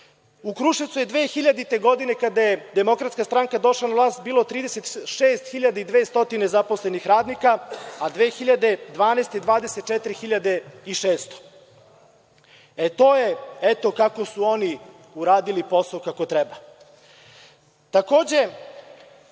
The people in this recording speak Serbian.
U Kruševcu je 2000. godine, kada je Demokratska stranka došla na vlast, bilo 36.200 zaposlenih radnika, a 2012. godine 24.600. Eto kako su oni uradili posao kako